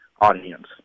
audience